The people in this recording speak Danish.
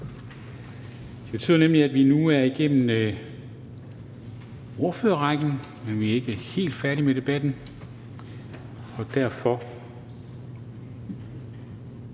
det betyder, at vi nu er igennem ordførerrækken, men vi er ikke helt færdige med debatten. Det er